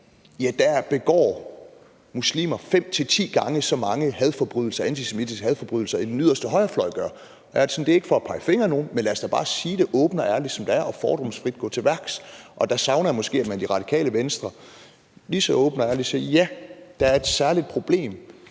man se, at muslimer begår fem-ti gange så mange antisemitiske hadforbrydelser, end den yderste højrefløj gør. Og jeg har det sådan, at det ikke er for at pege fingre af nogen, men lad os da bare sige det åbent og ærligt, som det er, og fordomsfrit gå til værks. Og der savner jeg måske, at man i Radikale Venstre lige så åbent og ærligt siger: Ja, der er et særligt problem